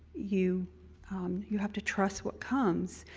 you you have to trust what comes.